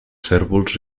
cérvols